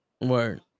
Word